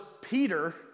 Peter